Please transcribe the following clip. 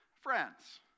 Friends